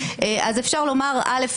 אפשר לומר: א',